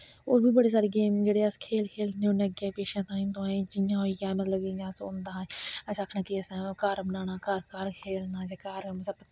होर बी बड़े सारे गेम जेह्ड़े अस खेल खेलने होन्ने अग्गैं पिच्छैं तांही तोआहीं जियां होइया मतलव कि इयां अस होंदा हा अक आक्खने कि असें घर बनाना घर बनाना घर घऱ खेलना ते घर